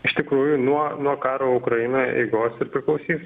iš tikrųjų nuo nuo karo ukrainoje eigos ir priklausys